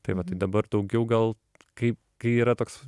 tai va tai dabar daugiau gal kaip kai yra toks